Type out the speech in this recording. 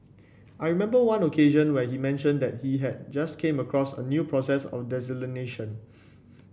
I remember one occasion when he mentioned that he had just came across a new process of desalination